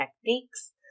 techniques